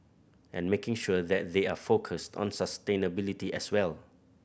and making sure that they are focused on sustainability as well